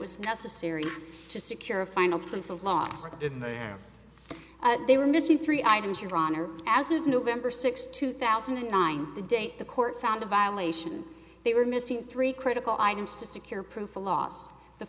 was necessary to secure a final proof of lost they were missing three items your honor as of november sixth two thousand and nine the date the court found a violation they were missing three critical items to secure proof a loss the